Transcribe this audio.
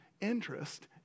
interest